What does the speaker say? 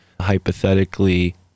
hypothetically